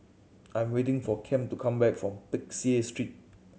I'm waiting for Kem to come back from Peck Seah Street